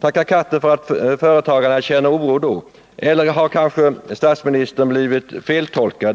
Tacka katten för att företagarna känner oro då. Eller har statsministern kanske blivit feltolkad?